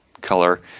color